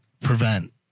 prevent